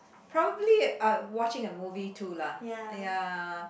probably I watching a movie too lah ya